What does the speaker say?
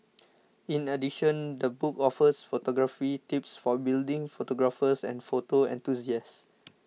in addition the book offers photography tips for budding photographers and photo enthusiasts